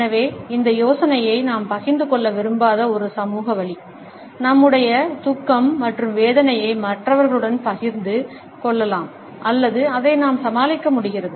எனவே இந்த யோசனையை நாம் பகிர்ந்து கொள்ள விரும்பாத ஒரு சமூக வழி நம்முடைய துக்கம் மற்றும் வேதனையை மற்றவர்களுடன் பகிர்ந்து கொள்ளலாம் அல்லது அதை நாம் சமாளிக்க முடிகிறது